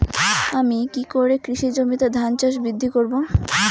আমি কী করে কৃষি জমিতে ধান গাছ বৃদ্ধি করব?